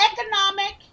economic